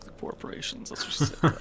corporations